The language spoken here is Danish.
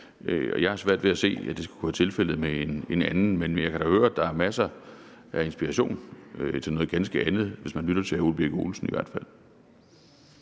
Jeg har svært ved at se, at det skulle være tilfældet med en anden, men jeg kan da høre, at der er masser af inspiration til noget ganske andet, hvis man lytter til hr. Ole Birk Olesen i hvert fald.